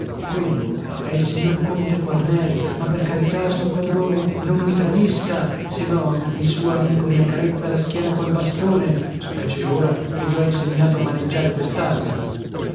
quello è il signor conte quarneri ma per carità sor padrone non mi tradisca se no il suo amico mi accarezza la schiena col bastone specie ora che gli ho insegnato a maneggiare